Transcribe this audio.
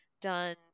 done